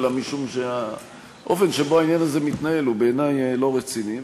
אלא משום שהאופן שבו העניין הזה מתנהל הוא בעיני לא רציני.